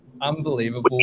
Unbelievable